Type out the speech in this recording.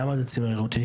למה זה צימרר אותי,